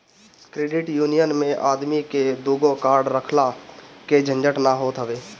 credit union मे आदमी के दूगो कार्ड रखला के झंझट ना होत हवे